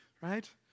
right